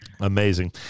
Amazing